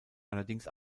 allerdings